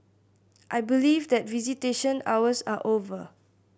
I believe that visitation hours are over